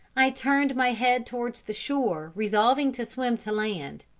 i turned my head towards the shore, resolving to swim to land.